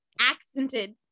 accented